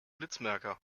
blitzmerker